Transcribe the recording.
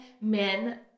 men